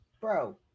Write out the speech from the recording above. Bro